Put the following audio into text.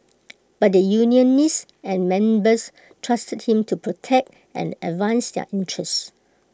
but the unionists and members trusted him to protect and advance their interests